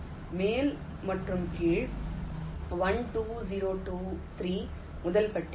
மேல் மற்றும் கீழ் 1 2 0 2 3 முதல் பட்டியல்